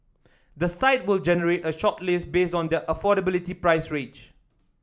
the site will generate a shortlist based on their affordability price range